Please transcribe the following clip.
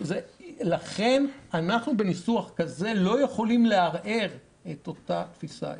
לכן בניסוח כזה אנחנו לא יכולים לערער את אותה תפיסה יסודית.